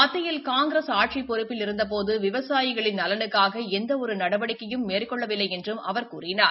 மத்தியில் காங்கிரஸ் ஆட்சிப் பொறுப்பில் இருந்தபோது விவசாயிகளின் நலனுக்னக எந்த ஒரு நடவடிக்கையும் மேற்கொள்ளவில்லை என்றும் அவர் கூறினார்